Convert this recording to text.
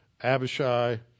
Abishai